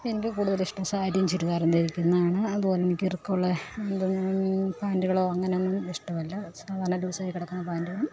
എനിക്ക് കൂടുതലിഷ്ടം സാരിയും ചുരിദാറും ധരിക്കുന്നതാണ് അതുപോലെ എനിക്കിറുക്കമുള്ള ഇതും പാൻ്റുകളോ അങ്ങനെയൊന്നും ഇഷ്ടമല്ല സാധാരണ ലൂസായി കിടക്കുന്ന പാന്റുകളും